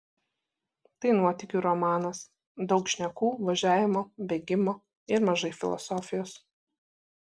tai nuotykių romanas daug šnekų važiavimo bėgimo ir mažai filosofijos